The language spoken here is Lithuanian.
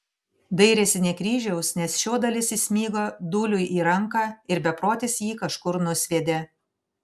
dairėsi ne kryžiaus nes šio dalis įsmigo dūliui į ranką ir beprotis jį kažkur nusviedė